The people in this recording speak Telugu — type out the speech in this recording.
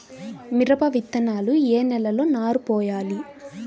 మిరప విత్తనాలు ఏ నెలలో నారు పోయాలి?